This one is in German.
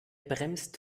bremst